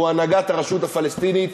הוא הנהגת הרשות הפלסטינית,